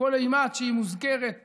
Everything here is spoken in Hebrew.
כל אימת שהיא מוזכרת